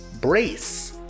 Brace